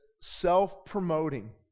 self-promoting